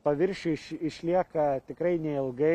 paviršių išlieka tikrai neilgai